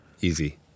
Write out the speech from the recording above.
Easy